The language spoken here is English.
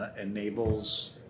enables